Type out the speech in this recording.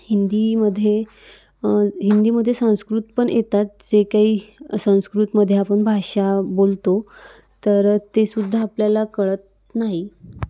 हिंदीमध्ये हिंदीमध्ये संस्कृत पण येतात जे काही संस्कृतमध्ये आपण भाषा बोलतो तर तेसुद्धा आपल्याला कळत नाही